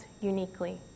uniquely